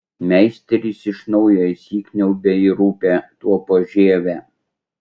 meisteris iš naujo įsikniaubia į rupią tuopos žievę